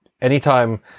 Anytime